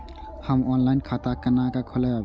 हम ऑनलाइन खाता केना खोलैब?